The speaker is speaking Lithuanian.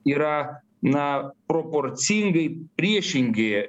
yra na proporcingai priešingi